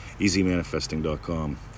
Easymanifesting.com